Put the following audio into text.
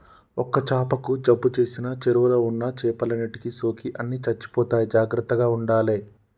ఒక్క చాపకు జబ్బు చేసిన చెరువుల ఉన్న చేపలన్నిటికి సోకి అన్ని చచ్చిపోతాయి జాగ్రత్తగ ఉండాలే